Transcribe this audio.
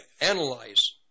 analyze